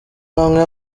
bamwe